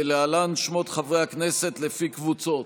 ולהלן שמות חברי הכנסת לפי קבוצות.